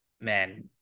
man